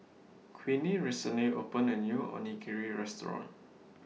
Queenie recently opened A New Onigiri Restaurant